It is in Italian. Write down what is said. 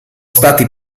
stati